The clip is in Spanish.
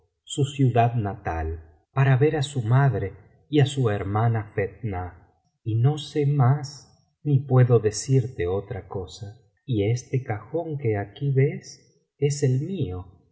su ciudad natal para ver biblioteca valenciana generalitat valenciana historia de ghanem y fetnah a su madre y á su hermana fetuah y no sé más m puedo decirte otra cosa y este cajón que aquí ves es el mío